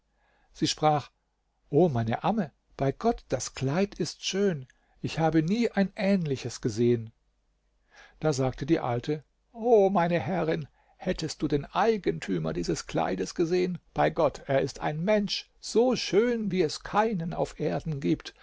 sie sprach o meine amme bei gott das kleid ist schön ich habe nie ein ähnliches gesehen da sagte die alte o meine herrin hättest du den eigentümer dieses kleides gesehen bei gott er ist ein mensch so schön wie es keinen auf erden gibt